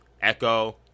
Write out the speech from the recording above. Echo